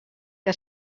que